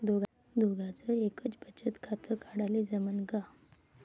दोघाच एकच बचत खातं काढाले जमनं का?